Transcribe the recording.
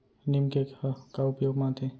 नीम cake ह का उपयोग मा आथे?